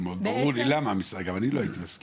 ברור לי למה, גם אני לא הייתי מסכים